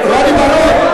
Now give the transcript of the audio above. רוני בר-און.